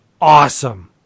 awesome